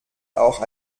auch